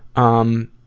um,